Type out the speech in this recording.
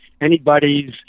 anybody's